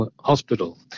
Hospital